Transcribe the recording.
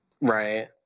Right